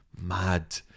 mad